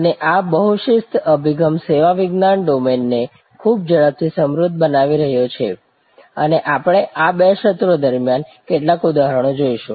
અને આ બહુ શિસ્ત અભિગમ સેવા વિજ્ઞાન ડોમેનને ખૂબ જ ઝડપથી સમૃદ્ધ બનાવી રહ્યો છે અને આપણે આ બે સત્રો દરમિયાન કેટલાક ઉદાહરણો જોઈશું